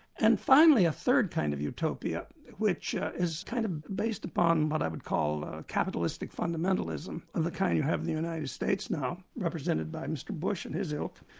and finally a third kind of utopia which is kind of based upon what i would call ah capitalistic fundamentalism of the kind you have in the united states now represented by mr bush and his ilk,